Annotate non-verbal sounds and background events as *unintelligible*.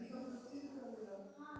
*unintelligible*